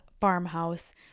farmhouse